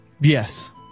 Yes